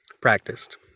practiced